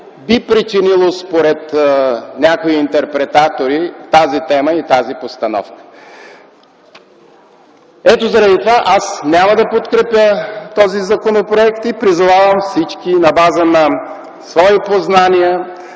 биха причинили според някои интерпретатори тази тема и тази постановка. Ето заради това аз няма да подкрепя този законопроект и призовавам всички на базата на своите познания,